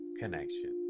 connection